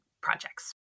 projects